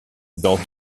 dans